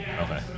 Okay